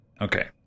Okay